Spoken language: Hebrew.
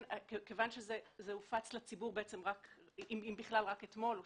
זה הופץ לציבור, אם בכלל, רק אתמול או